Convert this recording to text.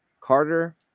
Carter